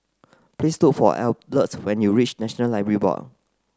please look for Arleth when you reach National Library Board